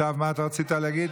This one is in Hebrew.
מה רצית להגיד?